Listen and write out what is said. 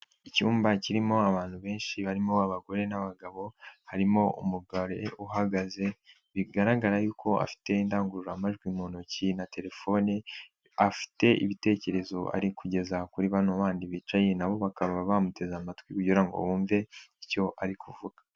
Icyumba kirimo abantu benshi barimo abagore n'abagabo ,harimo umugore uhagaze bigaragara yuko afite indangururamajwi mu ntoki na telefone, afite ibitekerezo ari kugeza kuri bano bandi bicaye, nabo bakaba bamuteze amatwi kugira ngo bumve icyo ari kuvuga.